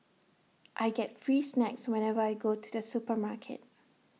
I get free snacks whenever I go to the supermarket